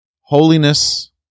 Holiness